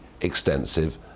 extensive